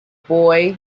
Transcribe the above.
boy